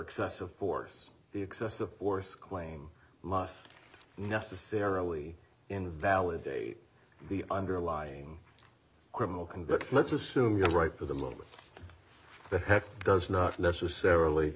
excessive force the excessive force claim must necessarily invalidate the underlying criminal conviction let's assume you're right for the moment the heck does not necessarily